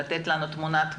לתת לנו תמונת מצב,